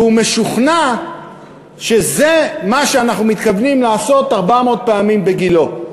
והוא משוכנע שזה מה שאנחנו מתכוונים לעשות 400 פעמים בגילה.